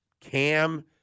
Cam